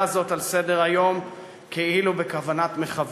הזאת על סדר-היום כאילו בכוונת מכוון.